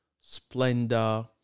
splendor